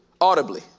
Audibly